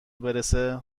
برسه